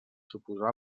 suposà